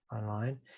online